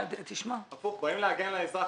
הפוך, אנחנו באים להגן על האזרח.